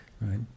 right